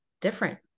different